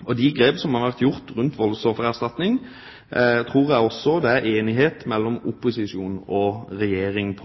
område. De grep som er blitt gjort rundt voldsoffererstatning, tror jeg også det er enighet om i opposisjonen og regjering.